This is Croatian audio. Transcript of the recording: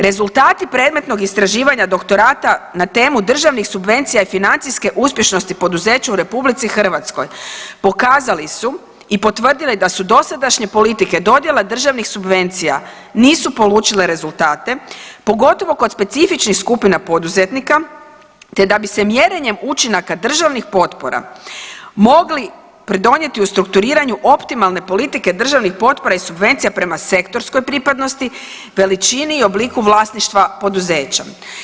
Rezultati predmetnog istraživanja doktorata na temu državnih subvencija i financijske uspješnosti poduzeća u RH pokazali su i potvrdili da su dosadašnje politike dodjela državnih subvencija nisu polučile rezultatom, pogotovo kod specifičnih skupina poduzetnika, te da bi se mjerenjem učinaka državnih potpora mogli pridonijeti u strukturiranju optimalne politike državnih potpora i subvencija prema sektorskoj pripadnosti, veličini i obliku vlasništva poduzeća.